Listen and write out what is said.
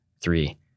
Three